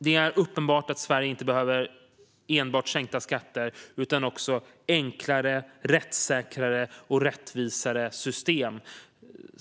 Det är uppenbart att Sverige inte enbart behöver sänkta skatter utan också enklare, mer rättssäkra och mer rättvisa system.